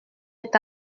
est